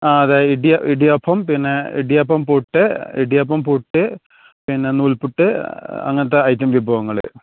ആ അതെ ഇടി ഇടിയപ്പം പിന്നെ ഇടിയപ്പം പുട്ട് ഇടിയപ്പം പുട്ട് പിന്നെ നൂൽപ്പുട്ട് അങ്ങനത്തെ ഐറ്റം വിഭവങ്ങൾ